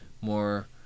More